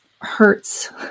hurts